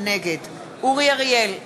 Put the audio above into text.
נגד אורי אריאל,